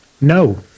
No